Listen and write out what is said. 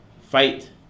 fight